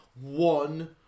one